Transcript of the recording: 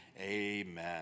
Amen